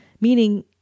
Meaning